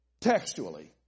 textually